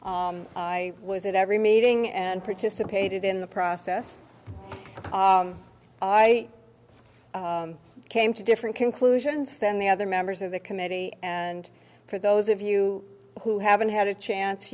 i was at every meeting and participated in the process i came to different conclusions than the other members of the committee and for those of you who haven't had a chance